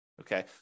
Okay